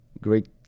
great